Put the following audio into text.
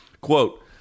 quote